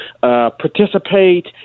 participate